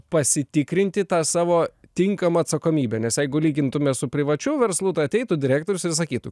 pasitikrinti tą savo tinkamą atsakomybę nes jeigu lygintume su privačiu verslu tai ateitų direktorius ir sakytų